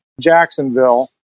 jacksonville